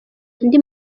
andi